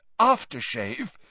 aftershave